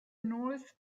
north